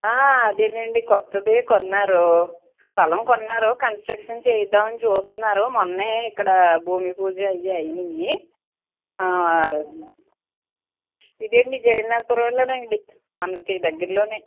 అదే అండి కొత్తది కొన్నారు స్థలం కొన్నారు కన్స్ట్రక్షన్ చేయిద్దామని చూస్తున్నారు మొన్న ఇక్కడ భూమి పూజ అవి అయినాయి ఇదే మీ జగన్నాథపురంలో అండి మనకు దగ్గరలో